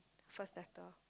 first letter